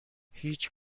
هیچ